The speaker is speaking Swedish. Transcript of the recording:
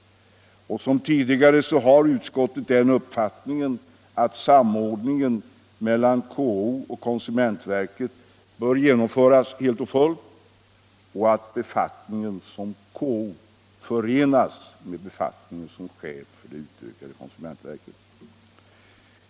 Liksom tidigare har utskottet den uppfattningen att samordningen mellan KO och konsumentverket bör genomföras helt och fullt och att befattningen som KO bör förenas med befattningen som chef för det utökade konsumentverket.